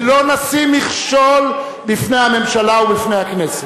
שלא נשים מכשול בפני הממשלה ובפני הכנסת.